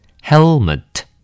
Helmet